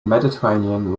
mediterranean